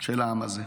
של העם הזה.